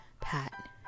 pat